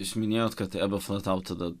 jūs minėjot kad eba flatau tada